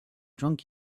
drunk